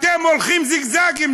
אתם הולכים בזיגזגים.